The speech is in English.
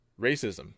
racism